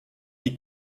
die